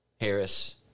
Harris